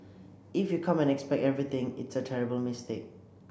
if you come and expect everything it's a terrible mistake